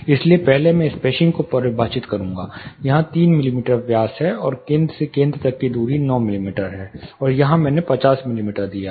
इसलिए पहले मैं स्पेसिंग को परिभाषित करूंगा यहां 3 मिमी व्यास है और केंद्र से केंद्र तक की दूरी 9 मिमी है और यहां मैंने 50 मिमी दिया है